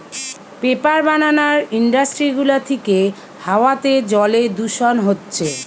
paper বানানার industry গুলা থিকে হাওয়াতে জলে দূষণ হচ্ছে